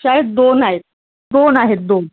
शायद दोन आहेत दोन आहेत दोन